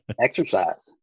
exercise